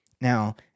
Now